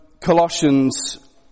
Colossians